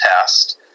test